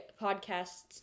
podcast's